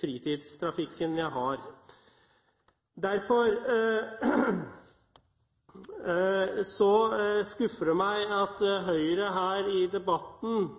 fritidstrafikken jeg har. Derfor skuffer det meg at Høyre her i debatten